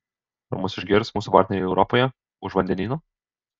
ar mus išgirs mūsų partneriai europoje už vandenyno